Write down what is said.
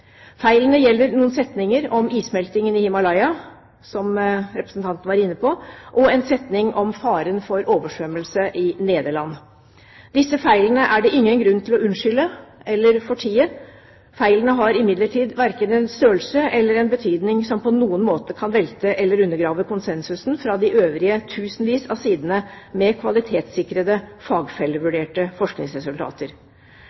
Feilene gjelder noen setninger om issmeltingen i Himalaya, som representanten var inne på, og en setning om faren for oversvømmelse i Nederland. Disse feilene er det ingen grunn til å unnskylde eller fortie. Feilene har imidlertid verken en størrelse eller en betydning som på noen måte kan velte eller undergrave konsensusen i de øvrige tusenvis av sidene med kvalitetssikrede,